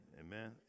Amen